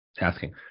asking